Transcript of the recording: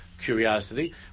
curiosity